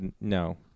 no